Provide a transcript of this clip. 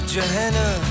Johanna